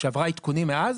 שעברה עדכונים מאז,